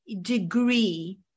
degree